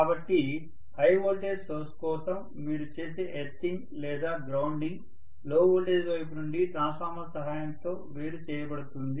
కాబట్టి high voltage source కోసం మీరు చేసే ఎర్తింగ్ లేదా గ్రౌండింగ్ లో వోల్టేజ్ వైపు నుండి ట్రాన్స్ఫార్మర్ సహాయంతో వేరు చేయబడుతుంది